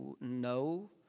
no